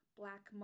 black